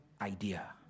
idea